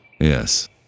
Yes